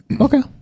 Okay